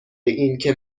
اینکه